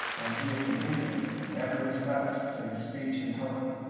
and he is an indian in every respect save speech and color.